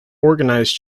organized